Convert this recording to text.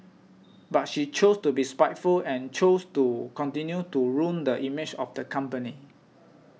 but she chose to be spiteful and chose to continue to ruin the image of the company